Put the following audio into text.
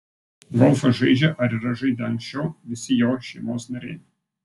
golfą žaidžią ar yra žaidę anksčiau visi jo šeimos nariai